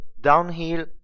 Downhill